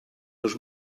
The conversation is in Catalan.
dos